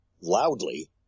loudly